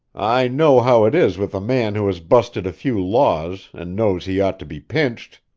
i know how it is with a man who has busted a few laws and knows he ought to be pinched!